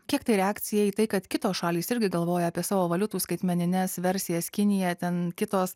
kiek tai reakcija į tai kad kitos šalys irgi galvoja apie savo valiutų skaitmenines versijas kinija ten kitos